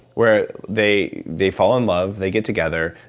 where they they fall in love, they get together,